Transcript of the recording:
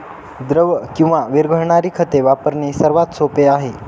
द्रव किंवा विरघळणारी खते वापरणे सर्वात सोपे आहे